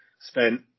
spent